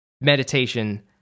meditation